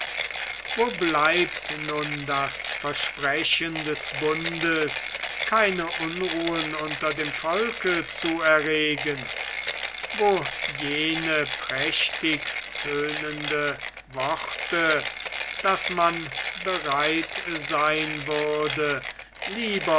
wo bleibt nun das versprechen des bundes keine unruhen unter dem volke zu erregen wo jene prächtig tönenden worte daß man bereit sein würde lieber